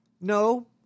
no